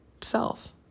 self